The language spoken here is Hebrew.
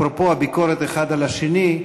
אפרופו הביקורת האחד על השני,